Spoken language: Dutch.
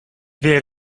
weer